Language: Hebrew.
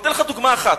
אני אתן לך דוגמה אחת,